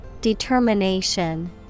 Determination